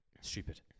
Stupid